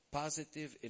positive